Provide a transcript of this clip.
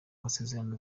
masezerano